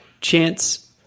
chance